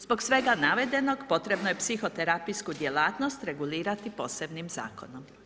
Zbog svega navedenog, potrebno je psihoterapijsku djelatnost regulirati posebnim zakonom.